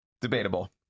debatable